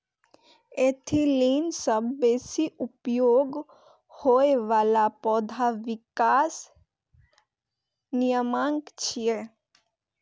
ethylene सबसं बेसी उपयोग होइ बला पौधा विकास नियामक छियै